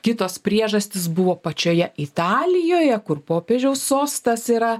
kitos priežastys buvo pačioje italijoje kur popiežiaus sostas yra